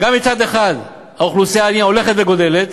גם, מצד אחד, האוכלוסייה הענייה הולכת וגדלה,